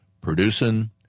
Producing